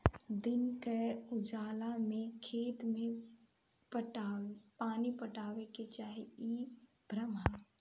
दिन के उजाला में खेत में पानी पटावे के चाही इ भ्रम ह